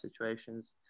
situations